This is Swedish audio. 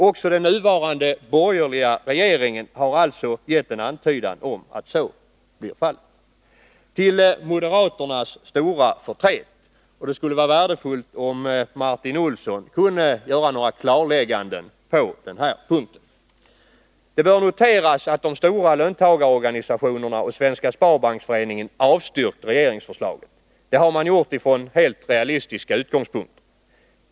Också den nuvarande borgerliga regeringen har alltså gett en antydan om att så blir fallet, till moderaternas stora förtret. Det skulle vara värdefullt om Martin Olsson kunde ge några klarläggande besked på den punkten. Det bör noteras att de stora löntagarorganisationerna och Svenska Sparbanksföreningen avstyrkt regeringsförslaget. Det har man gjort utifrån helt realistiska utgångspunkter.